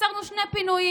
עצרנו שני פינויים,